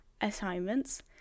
assignments